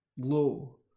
low